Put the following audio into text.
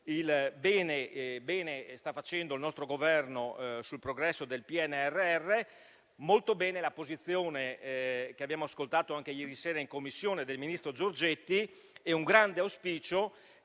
bene sta facendo il nostro Governo sul progresso del PNRR e molto positiva è la posizione che abbiamo ascoltato, anche ieri sera in Commissione, del ministro Giorgetti. È un grande auspicio